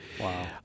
Wow